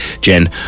Jen